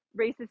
racist